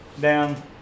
down